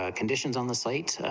ah conditions on the sites,